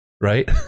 right